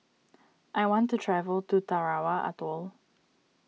I want to travel to Tarawa Atoll